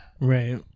right